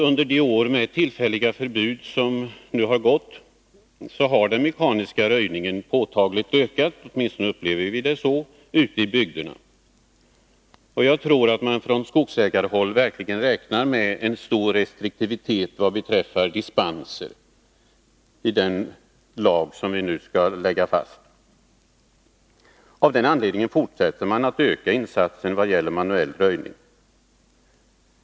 Under de år med tillfälliga förbud som nu har gått har den mekaniska röjningen ute i bygderna påtagligt ökat — åtminstone upplever vi det så. Jag tror att man från skogsägarhåll verkligen räknar med stor restriktivitet med dispenser i fråga om den lag som vi nu skall lägga fast. Av den anledningen fortsätter man att öka insatsen vad gäller manuell röjning.